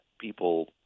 people